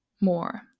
more